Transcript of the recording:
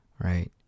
right